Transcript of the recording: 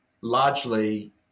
largely